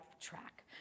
track